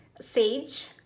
sage